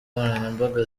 nkoranyambaga